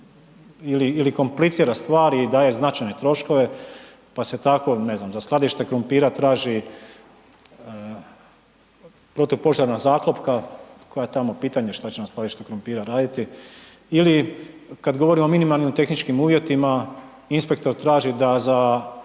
ili komplicira stvar i daje značajne troškove pa se tako, ne znam, za skladište krumpira traži protupožarna zaklopka koja tamo pitanje šta na skladištu krumpira raditi ili kad govorimo o minimalnim tehničkim uvjetima, inspektor traži da za